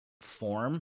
form